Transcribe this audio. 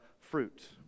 fruit